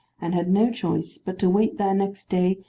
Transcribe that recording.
and had no choice but to wait there next day,